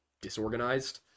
disorganized